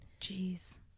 jeez